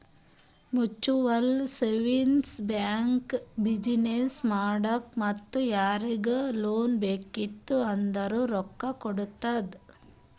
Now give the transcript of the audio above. mutual savings bank business ಮಾಡಾಕ್ ಮತ್ತ ಯಾರಿಗರೇ ಲೋನ್ ಬೇಕಿತ್ತು ಅಂದುರ್ ರೊಕ್ಕಾ ಕೊಡ್ತುದ್